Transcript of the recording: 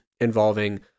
involving